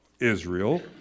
Israel